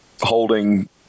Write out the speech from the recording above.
holding